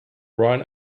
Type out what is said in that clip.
brian